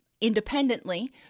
independently